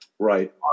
Right